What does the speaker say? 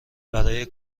برای